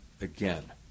again